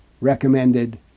recommended